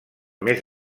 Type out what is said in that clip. més